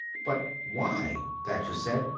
but why? thacher said.